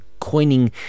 Coining